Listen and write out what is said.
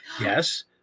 Yes